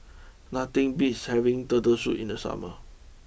nothing beats having Turtle Soup in the summer